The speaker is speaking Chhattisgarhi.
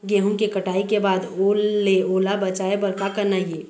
गेहूं के कटाई के बाद ओल ले ओला बचाए बर का करना ये?